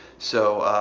so,